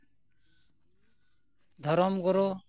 ᱫᱷᱚᱨᱚᱢ ᱜᱩᱨᱩ